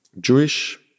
Jewish